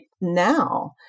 now